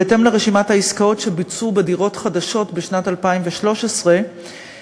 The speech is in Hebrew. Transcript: בהתאם לרשימת העסקאות שבוצעו בדירות חדשות בשנת 2013 עלה,